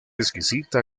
exquisita